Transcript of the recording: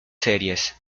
series